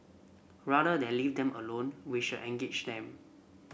rather than leave them alone we should engage them